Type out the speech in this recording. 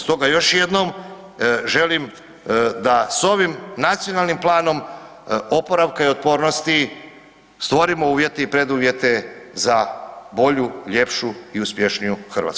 Stoga još jednom želim da s ovim Nacionalnim planom oporavka i otpornosti stvorimo uvjete i preduvjete za bolju, ljepšu i uspješniju Hrvatsku.